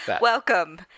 Welcome